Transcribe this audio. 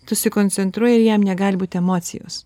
susikoncentruoji ir jam negali būt emocijos